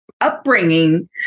upbringing